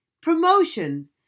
promotion